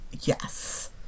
Yes